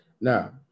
Now